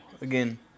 again